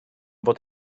fod